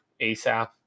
ASAP